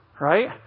right